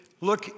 look